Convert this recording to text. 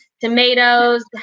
tomatoes